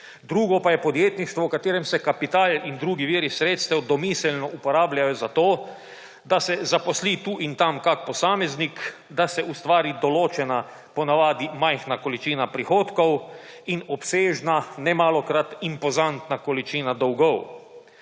Drugo pa je podjetništvo, v katerem se kapital in drugi viri sredstev domiselno uporabljajo za to, da se zaposli tu in tam kakšen posameznik, da se ustvari določena, ponavadi majhna količina prihodkov in obsežna, nemalokrat impozantna količina dolgov.